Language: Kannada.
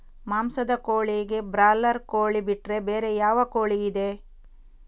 ಮಾಂಸದ ಕೋಳಿಗೆ ಬ್ರಾಲರ್ ಕೋಳಿ ಬಿಟ್ರೆ ಬೇರೆ ಯಾವ ಕೋಳಿಯಿದೆ?